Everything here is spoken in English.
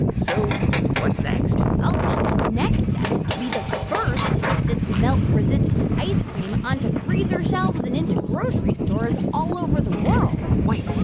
so what's next? well, the next step is to be the first to get this melt-resistant ice cream onto freezer shelves and into grocery stores all over the world wait.